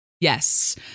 Yes